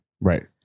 Right